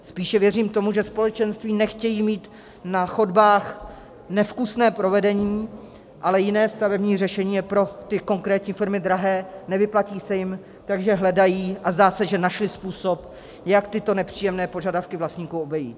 Spíše věřím tomu, že společenství nechtějí mít na chodbách nevkusné provedení, ale jiné stavební řešení je pro ty konkrétní firmy drahé, nevyplatí se jim, takže hledají, a zdá se, že našly způsob, jak tyto nepříjemné požadavky vlastníků obejít.